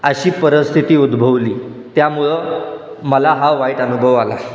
अशी परिस्थिती उद्भवली त्यामुळं मला हा वाईट अनुभव आला